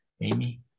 Amy